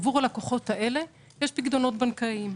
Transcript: עבור הלקוחות האלה יש פיקדונות בנקאיים.